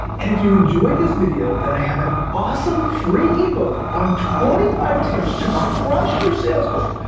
and if you enjoyed this video, then i have an awesome free ebook on twenty five tips to crush your sales goal.